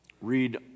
Read